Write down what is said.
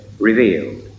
revealed